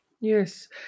Yes